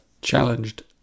challenged